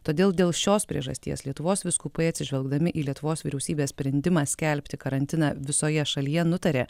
todėl dėl šios priežasties lietuvos vyskupai atsižvelgdami į lietuvos vyriausybės sprendimą skelbti karantiną visoje šalyje nutarė